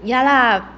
ya lah